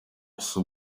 ese